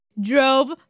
drove